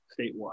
statewide